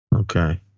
Okay